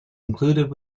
included